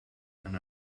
and